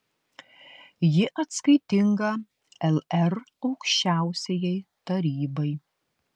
ji atskaitinga lr aukščiausiajai tarybai